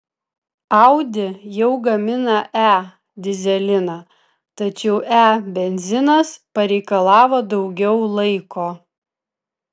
audi jau gamina e dyzeliną tačiau e benzinas pareikalavo daugiau laiko